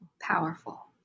powerful